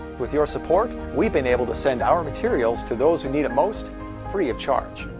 with your support, we've been able to send our materials to those who need it most, free of charge.